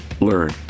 learn